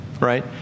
right